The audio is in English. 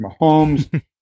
Mahomes